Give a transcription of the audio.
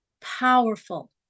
powerful